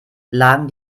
lagen